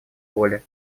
воле